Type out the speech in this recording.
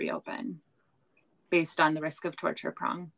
tree open based on the risk of torture prong